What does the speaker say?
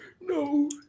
No